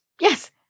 Yes